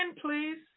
please